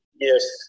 Yes